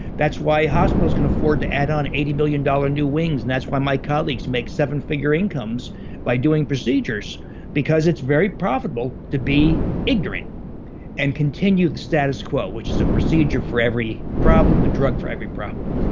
that's why hospitals can afford to add on eighty million dollars new wings. and that's why my colleagues make sevenfigure incomes by doing procedures because it's very profitable to be ignorant and continue the status quo, which is a procedure for every problem, a drug for every problem,